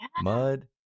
mud